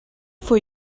for